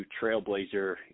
trailblazer